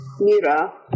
Mira